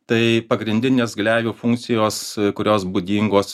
tai pagrindinės gleivių funkcijos kurios būdingos